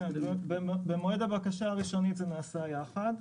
במועד הבקשה הראשונית זה נעשה יחד,